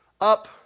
up